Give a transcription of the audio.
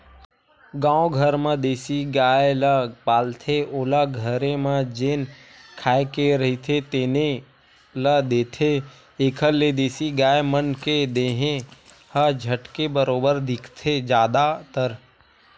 गाँव घर म देसी गाय ल पालथे ओला घरे म जेन खाए के रहिथे तेने ल देथे, एखर ले देसी गाय मन के देहे ह झटके बरोबर दिखथे जादातर